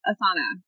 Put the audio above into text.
Asana